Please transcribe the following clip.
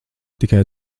tikai